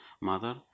mother